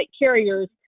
carriers